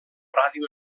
ràdio